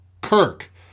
Kirk